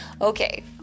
Okay